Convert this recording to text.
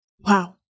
wow